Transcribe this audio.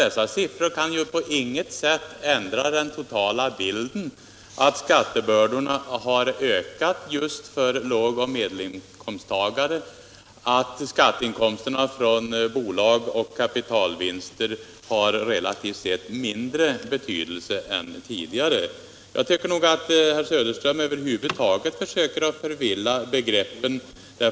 Dessa siffror kan på intet sätt förändra den totala bilden, nämligen att skattebördorna har ökat just för lågoch medelinkomsttagarna och att skatteinkomsterna från bolag och kapitalvinsterna har fått en relativt sett mindre betydelse. Jag tycker nog att herr Söderström över huvud taget försöker förvilla begreppen.